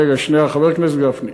רגע, שנייה, חבר הכנסת גפני.